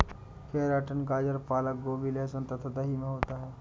keratin गाजर पालक गोभी लहसुन तथा दही में होता है